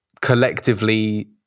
collectively